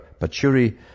Pachuri